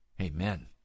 Amen